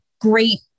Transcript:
great